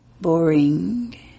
boring